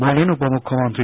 বললেন উপমুখ্যমন্ত্রী